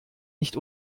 nicht